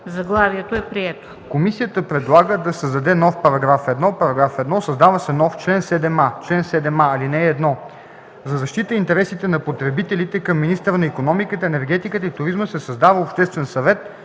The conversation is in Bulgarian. Заглавието е прието.